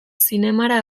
zinemara